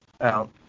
out